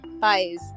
guys